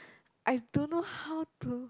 I don't know how to